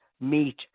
meet